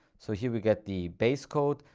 so here we get the base code.